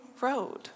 road